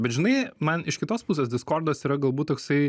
bet žinai man iš kitos pusės diskordas yra galbūt toksai